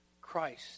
Christ